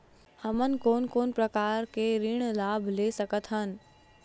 हमन कोन कोन प्रकार के ऋण लाभ ले सकत हन?